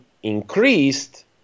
increased